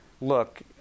look